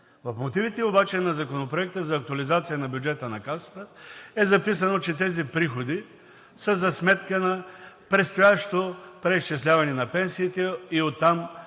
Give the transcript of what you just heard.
В мотивите обаче на Законопроекта за актуализация на бюджета на Касата е записано, че тези приходи са за сметка на предстоящото преизчисляване на пенсиите и оттам